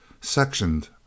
sectioned